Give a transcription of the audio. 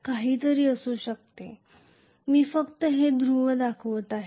मी फक्त हे ध्रुव दाखवत आहे